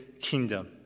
kingdom